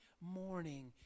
morning